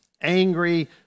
angry